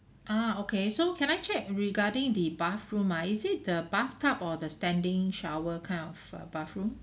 ah okay so can I check regarding the bathroom ah is it the bathtub or the standing shower kind of uh bathroom